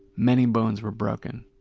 many bones were broken.